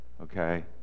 okay